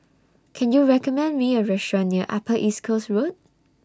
Can YOU recommend Me A Restaurant near Upper East Coast Road